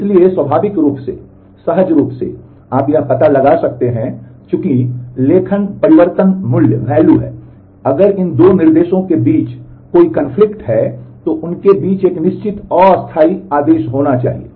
इसलिए स्वाभाविक रूप से सहज रूप से आप यह पता लगा सकते हैं कि चूंकि लेखन परिवर्तन मूल्य है तो उनके बीच एक निश्चित अस्थायी आदेश होना चाहिए